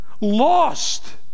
Lost